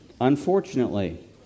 Unfortunately